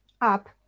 up